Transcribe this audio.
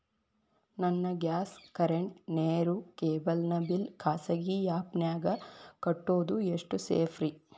ನನ್ನ gas current, ನೇರು, cable ನ ಬಿಲ್ ಖಾಸಗಿ ಆ್ಯಪ್ ನ್ಯಾಗ್ ಕಟ್ಟೋದು ಎಷ್ಟು ಸೇಫ್ರಿ?